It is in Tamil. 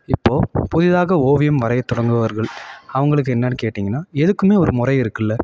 இப்போ புதிதாக ஓவியம் வரையத் தொடங்குவார்கள் அவங்களுக்கு என்னான்னு கேட்டீங்கன்னா எதுக்குமே ஒரு முறை இருக்குல்ல